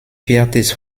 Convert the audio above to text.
viertes